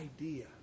idea